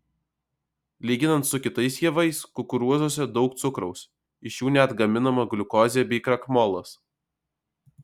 lyginant su kitais javais kukurūzuose daug cukraus iš jų net gaminama gliukozė bei krakmolas